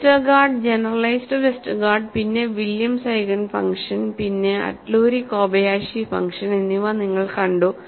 Westergaard generalised Westergaard പിന്നെ Williams eigen function പിന്നെ Atluri Kobayashi function എന്നിവ നിങ്ങൾ കണ്ടു